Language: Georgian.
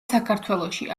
საქართველოში